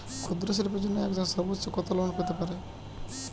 ক্ষুদ্রশিল্পের জন্য একজন সর্বোচ্চ কত লোন পেতে পারে?